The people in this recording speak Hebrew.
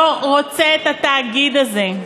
לא רוצה את התאגיד הזה.